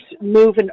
moving